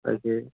তাকে